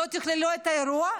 לא תכללו את האירוע.